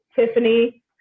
Tiffany